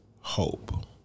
hope